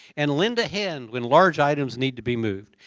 and lend a hand when large items need to be moved.